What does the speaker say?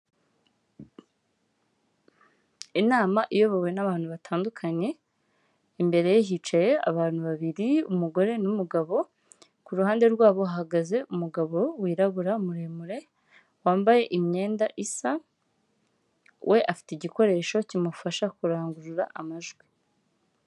Inama iyobowe n'abantu batandukanye, imbere hicaye abantu babiri umugore n'umugabo, ku ruhande rwabo bahagaze umugabo wirabura muremure wambaye imyenda isa. We afite igikoresho kimufasha kurangurura amajwi.